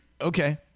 Okay